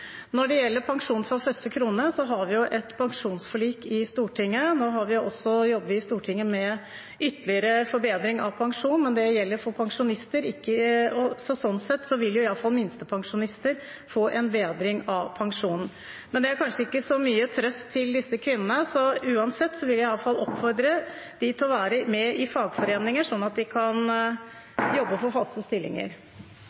Når det gjelder pensjon fra første krone, har vi et pensjonsforlik i Stortinget. Nå jobber vi i Stortinget med en ytterligere forbedring av pensjon. Det gjelder for pensjonister, så sånn sett vil i alle fall minstepensjonister få en bedring av pensjonen. Men det er kanskje ikke så mye trøst for disse kvinnene, så uansett vil jeg i alle fall oppfordre dem til å være med i fagforeninger, sånn at de kan